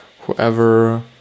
Whoever